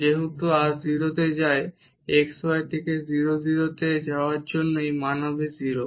যেহেতু r 0 তে যায় তাই xy থেকে 0 0 এ যাওয়ার জন্য এই মান 0 হবে